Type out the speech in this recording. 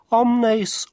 omnes